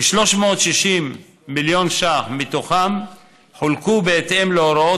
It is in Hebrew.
כ-360 מיליון ש"ח מתוכם חולקו בהתאם להוראות